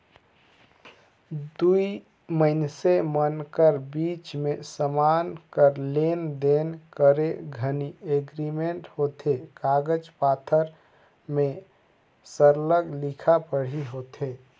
दुई मइनसे मन कर बीच में समान कर लेन देन करे घनी एग्रीमेंट होथे कागज पाथर में सरलग लिखा पढ़ी होथे